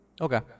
Okay